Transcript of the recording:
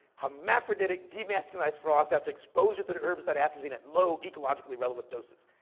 hermaphroditic, demasculinized frogs after exposure to the herbicide atrazine at low ecologically relevant doses.